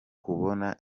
kubona